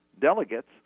delegates